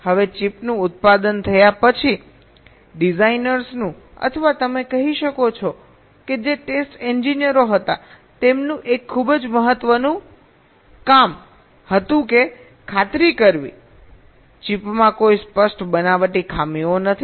હવે ચિપનું ઉત્પાદન થયા પછી ડિઝાઇનર્સનું અથવા તમે કહી શકો છો કે જે ટેસ્ટ એન્જિનિયરો હતા તેમનું એક ખૂબ જ મહત્વનું કામ હતું ખાતરી કરવી કે ચિપમાં કોઈ સ્પષ્ટ બનાવટી ખામીઓ નથી